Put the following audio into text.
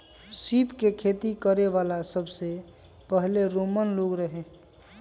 सीप के खेती करे वाला सबसे पहिले रोमन लोग रहे